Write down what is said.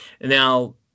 now